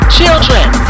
children